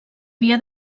havia